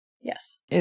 Yes